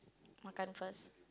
makan first